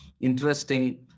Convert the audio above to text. interesting